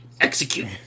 Execute